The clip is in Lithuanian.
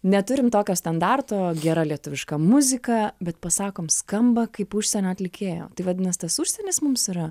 neturim tokio standarto gera lietuviška muzika bet pasakom skamba kaip užsienio atlikėjo tai vadinas tas užsienis mums yra